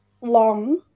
long